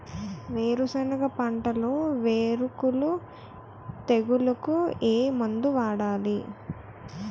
వేరుసెనగ పంటలో వేరుకుళ్ళు తెగులుకు ఏ మందు వాడాలి?